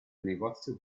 negozio